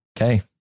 Okay